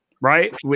Right